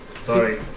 sorry